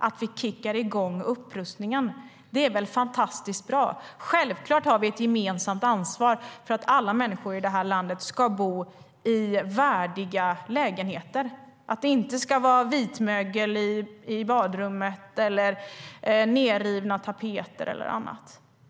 att kicka igång upprustningen? Det är väl fantastiskt bra. Självklart har vi ett gemensamt ansvar för att alla människor i det här landet ska bo i värdiga lägenheter, att det inte ska vara vitmögel i badrummet eller nedrivna tapeter eller annat.